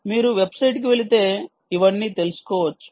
మీరు వెబ్సైట్కి వెళితే ఇవన్నీ తెలుసుకోవచ్చు